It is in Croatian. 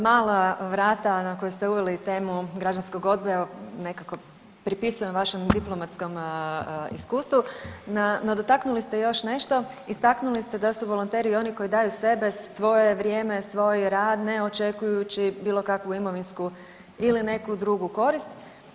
Mala vrata na koju ste uveli temu građanskom odgoja nekako pripisujem vašem diplomatskom iskustvu, no, dotaknuli ste još nešto, istaknuli ste da su volonteri oni koji daju sebe, svoje vrijeme, svoj rad ne očekujući bilo kakvu imovinsku ili neku drugu korist.